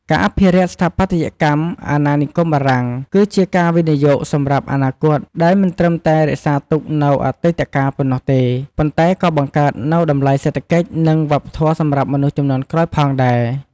ការអភិរក្សស្ថាបត្យកម្មអាណានិគមបារាំង គឺជាការវិនិយោគសម្រាប់អនាគត ដែលមិនត្រឹមតែរក្សាទុកនូវអតីតកាលប៉ុណ្ណោះទេ ប៉ុន្តែក៏បង្កើតនូវតម្លៃសេដ្ឋកិច្ច និងវប្បធម៌សម្រាប់មនុស្សជំនាន់ក្រោយផងដែរ។